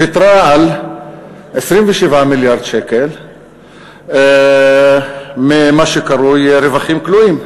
ויתרה על 27 מיליארד שקל ממה שקרוי רווחים כלואים.